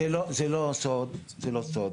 זה לא סוד,